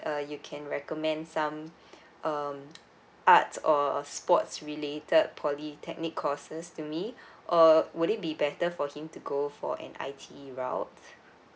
uh you can recommend some um arts or sports related polytechnic courses to me or would it be better for him to go for an I_T_E route